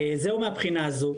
זהו מהבחינה הזו.